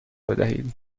بدهید